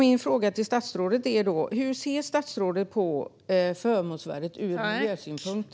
Min fråga till statsrådet är: Hur ser statsrådet på förmånsvärdet ur miljösynpunkt?